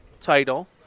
title